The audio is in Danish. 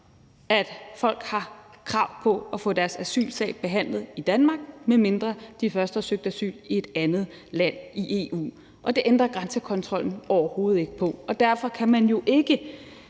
at folk har krav på at få deres asylsag behandlet i Danmark, medmindre de først har søgt asyl i et andet land i EU, og det ændrer grænsekontrollen overhovedet ikke på. Derfor kan man jo ikke